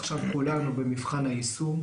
עכשיו כולנו במבחן היישום,